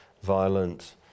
violent